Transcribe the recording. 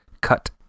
cut